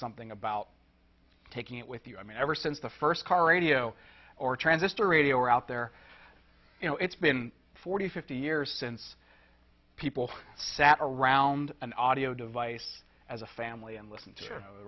something about taking it with you i mean ever since the first car radio or transistor radio were out there you know it's been forty fifty years since people sat around an audio device as a family and listened to